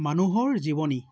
মানুহৰ জীৱনী